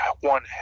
one